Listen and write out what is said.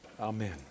Amen